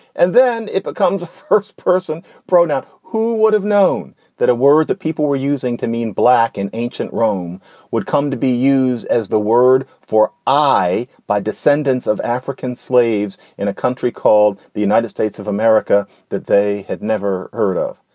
and then it becomes a first person pronoun. who would have known that a word that people were using to mean black in ancient rome would come to be used as the word for ie by descendants of african slaves in a country called the united states of america that they had never heard of.